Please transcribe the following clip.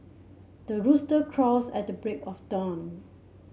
the rooster crows at the break of dawn